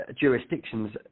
jurisdictions